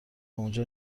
اونجا